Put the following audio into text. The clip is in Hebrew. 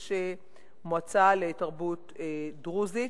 יש מועצה לתרבות דרוזית.